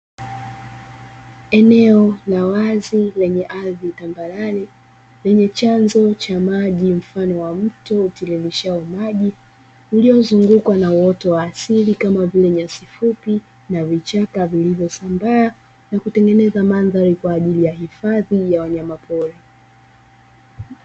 Eneo la wazi lenye ardhi tambarale lenye chanzo cha maji mfano wa mto utirishao maji, uliozungukwa na uoto wa asili kama vile nyasi fupi na vichaka vilivyosambaa na kutengeneza mandhari kwa ajili ya hifadhi ya wanyama pori.